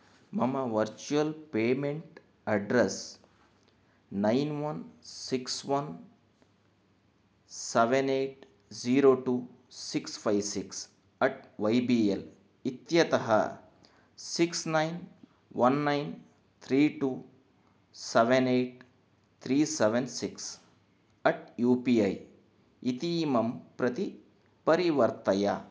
मम virtual payment address nine one six one seven eight zero two six five six at Y B L इत्यतः six nine one nine three two seven eight three seven six at U P I इतीमं प्रति परिवर्तय